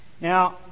Now